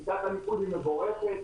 שיטת הניקוד היא מבורכת,